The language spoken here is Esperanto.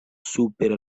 super